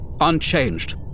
Unchanged